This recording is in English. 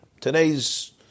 today's